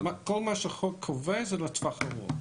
כל מה שהחוק קובע זה לטווח הארוך.